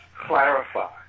clarify